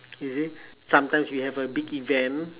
you see sometimes we have a big event